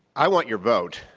i want your vote,